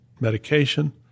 medication